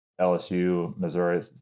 LSU-Missouri